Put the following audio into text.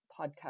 podcast